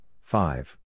five